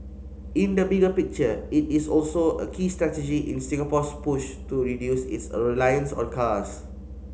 in the bigger picture it is also a key strategy in Singapore's push to reduce its a reliance on cars